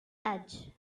edge